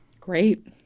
Great